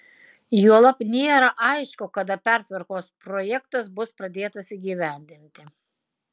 juolab nėra aišku kada pertvarkos projektas bus pradėtas įgyvendinti